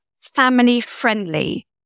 family-friendly